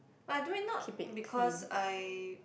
but I do it not because I